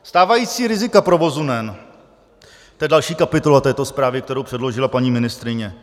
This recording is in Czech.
Stávající rizika provozu NEN to je další kapitola této zprávy, kterou předložila paní ministryně.